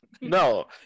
No